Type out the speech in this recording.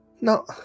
No